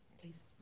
Please